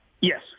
Yes